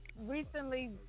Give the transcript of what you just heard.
recently